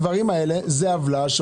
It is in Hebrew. זאת עוולה.